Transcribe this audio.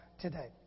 today